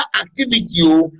activity